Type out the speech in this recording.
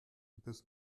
bis